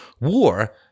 war